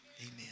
Amen